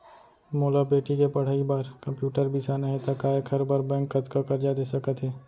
मोला बेटी के पढ़ई बार कम्प्यूटर बिसाना हे त का एखर बर बैंक कतका करजा दे सकत हे?